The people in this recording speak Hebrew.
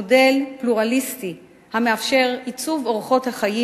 מודל פלורליסטי המאפשר עיצוב אורחות חיים